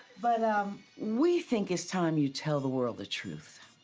but um we think it's time you tell the world the truth.